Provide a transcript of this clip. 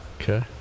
Okay